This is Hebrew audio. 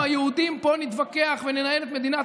אנחנו היהודים פה נתווכח וננהל את מדינת